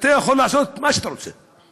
אתה יכול לעשות מה שאתה רוצה.